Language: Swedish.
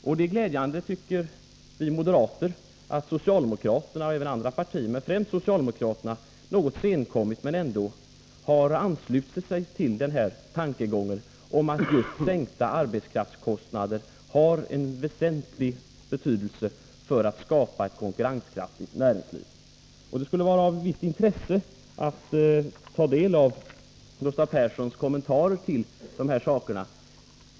Vi moderater tycker det är glädjande att främst socialdemokraterna men även andra partier, visserligen något senkommet men ändå, har anslutit sig till tankegången om att just sänkta arbetskraftskostnader har väsentlig betydelse för att skapa ett konkurrenskraftigt näringsliv. Det skulle vara av visst intresse att ta del av Gustav Perssons kommentarer till detta.